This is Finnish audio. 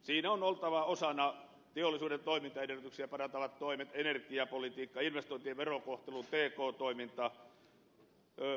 siinä on oltava osana teollisuuden toimintaedellytyksiä parantavat toimet energiapolitiikka investointien verokohtelu pk toiminta